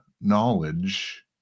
knowledge